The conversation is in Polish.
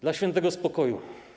Dla świętego spokoju.